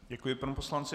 Děkuji panu poslanci.